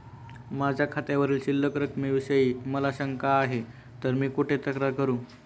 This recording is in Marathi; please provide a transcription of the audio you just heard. माझ्या खात्यावरील शिल्लक रकमेविषयी मला शंका आहे तर मी कुठे तक्रार करू?